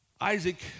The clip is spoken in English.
Isaac